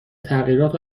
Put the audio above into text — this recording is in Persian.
تغییرات